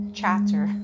chatter